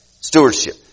stewardship